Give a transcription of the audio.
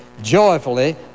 joyfully